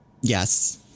Yes